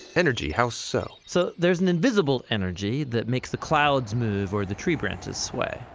energy? how so? so, there's an invisible energy, that makes the clouds move or the tree branches sway.